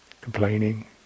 complaining